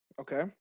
Okay